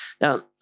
Now